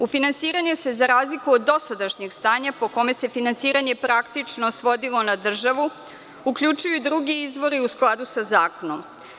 U finansiranje se, za razliku od dosadašnjeg stanja, po kome se finansiranje praktično svodilo na državu, uključuju i drugi izvori u skladu sa zakonom.